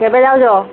କେବେ ଯାଉଛ